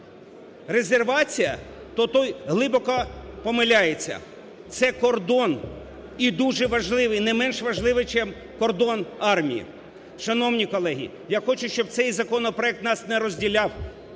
резервація, то той глибоко помиляється, це кордон і дуже важливий, не менш важливий чим кодон армії. Шановні колеги, я хочу, щоб цей законопроект нас не розділяв,